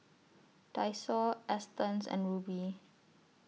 Daiso Astons and Rubi